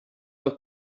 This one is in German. auch